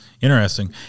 Interesting